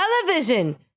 Television